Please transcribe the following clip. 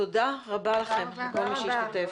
תודה רבה לכם, לכל מי שהשתתף.